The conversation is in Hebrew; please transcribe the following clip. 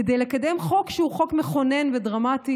כדי לקדם חוק שהוא חוק מכונן ודרמטי.